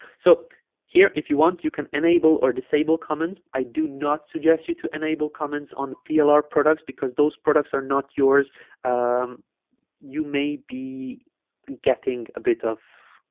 so here if you want you can enable or disable comments i do not suggest you to enable comments on plr products because those products are not yours um you may be getting a bit of